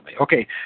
Okay